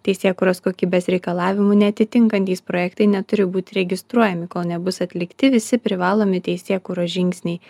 teisėkūros kokybės reikalavimų neatitinkantys projektai neturi būti registruojami kol nebus atlikti visi privalomi teisėkūros žingsniai